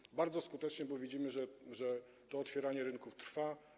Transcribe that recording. Mówię: bardzo skutecznie, bo widzimy, że to otwieranie rynków trwa.